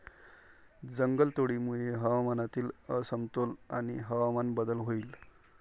जंगलतोडीमुळे हवामानातील असमतोल आणि हवामान बदल होईल